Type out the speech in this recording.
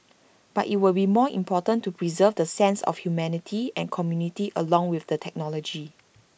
but IT will be more important to preserve the sense of humanity and community along with the technology